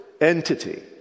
entity